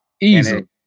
easy